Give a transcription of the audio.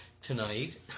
tonight